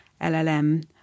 LLM